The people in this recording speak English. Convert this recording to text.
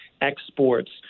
exports